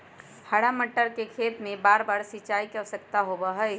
हरा मटर के खेत में बारबार सिंचाई के आवश्यकता होबा हई